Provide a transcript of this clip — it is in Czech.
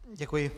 Děkuji.